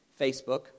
Facebook